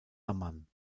amman